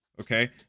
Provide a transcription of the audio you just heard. okay